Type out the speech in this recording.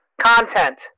content